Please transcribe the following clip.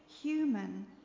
human